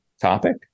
topic